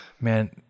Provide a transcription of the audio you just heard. man